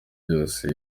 byose